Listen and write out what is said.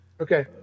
Okay